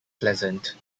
pleasant